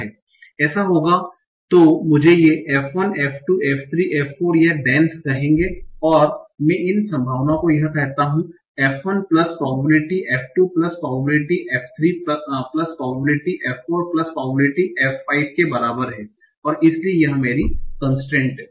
ऐसा होगा तो मुझे ये f 1 f 2 f 3 f 4 या dans कहेंगे और मैं इन संभावना को यह कहता हु f 1 plus probability f 2 plus probability f 3 plus probability f 4 plus probability f 5 के बराबर है इसलिए यह मेरी कन्स्ट्रेन्ट हैं